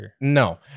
No